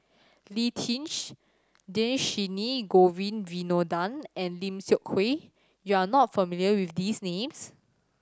Lee Tjin Dhershini Govin Winodan and Lim Seok Hui you are not familiar with these names